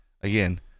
again